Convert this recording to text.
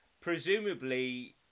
presumably